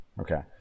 Okay